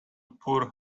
poor